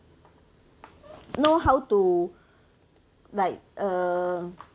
know how to like uh